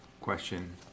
question